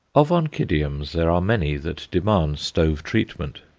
of oncidiums there are many that demand stove treatment.